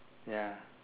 ya